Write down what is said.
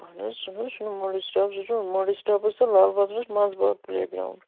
اَہَن حظ سُہ نہَ حظ چھُنہٕ موڈی سِٹاف سُہ چھُ موڈی سِٹافَس تہٕ لال بازرَس منٛز باگ پُلے گرٛاوُنٛڈ